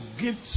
gifts